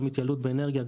גם התייעלות באנרגיה,